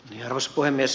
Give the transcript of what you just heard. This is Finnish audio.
arvoisa puhemies